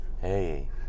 Hey